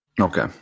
Okay